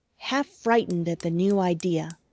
half frightened at the new idea.